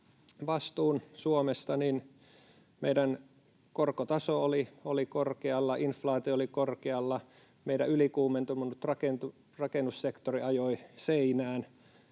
vastuun Suomesta, meidän korkotaso oli korkealla, inflaatio oli korkealla, meidän ylikuumentunut rakennussektori ajoi seinään,